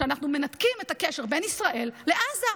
שאנחנו מנתקים את הקשר בין ישראל לעזה.